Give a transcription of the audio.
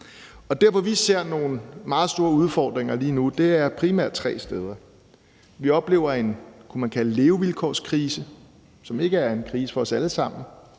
Og der, hvor vi ser nogle meget store udfordringer lige nu, er primært tre steder. For det første oplever vi en levevilkårskrise – kunne man kalde det – som ikke er en krise for os alle sammen,